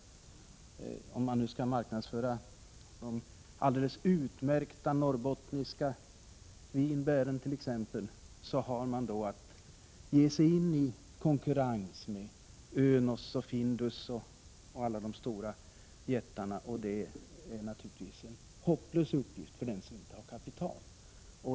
Om de t.ex. skall marknadsföra de alldeles utmärkta norrbottniska vinbären har de att ge sig in i konkurrens med Önos, Findus och alla de andra jättarna, och det är naturligtvis en hopplös uppgift för den som inte har kapital.